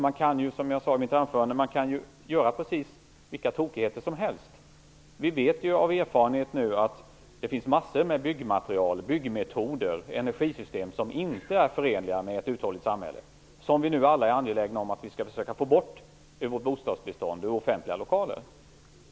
Man kan ju, som jag sade i mitt anförande, göra precis vilka tokigheter som helst. Vi vet ju av erfarenhet att det finns massor av byggmaterial, byggmetoder och energisystem som inte är förenliga med ett uthålligt samhälle och som vi nu alla är angelägna om att vi skall försöka få bort ur vårt bostadsbestånd och ur offentliga lokaler.